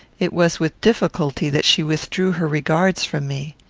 it was with difficulty that she withdrew her regards from me.